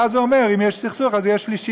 ואז הוא אומר: אם יש סכסוך אז יש שלישי,